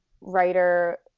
writer